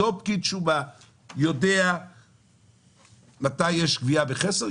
אותו פקיד שומה יודע מתי יש גבייה בחסר.